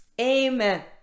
amen